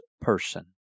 person